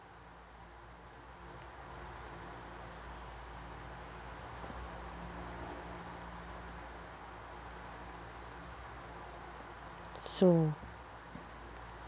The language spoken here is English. so